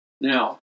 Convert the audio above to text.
Now